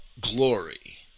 glory